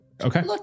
Okay